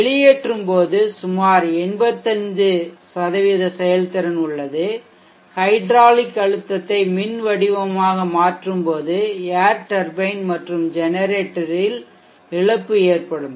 வெளியேற்றும் போது சுமார் 85 செயல்திறன் உள்ளது ஹைட்ராலிக் அழுத்தத்தை மின் வடிவமாக மாற்றும் போது ஏர் டர்பைன் மற்றும் ஜெனரேட்டரில் இழப்பு ஏற்படும்